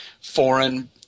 foreign